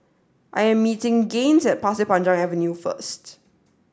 I am meeting Gaines at Pasir Panjang Avenue first